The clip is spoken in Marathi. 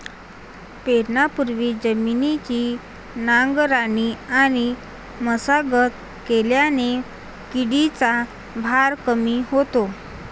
पेरणीपूर्वी जमिनीची नांगरणी आणि मशागत केल्याने किडीचा भार कमी होतो